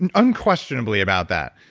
and unquestionably about that.